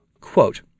Quote